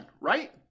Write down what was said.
right